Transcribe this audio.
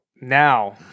now